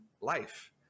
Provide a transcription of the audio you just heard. life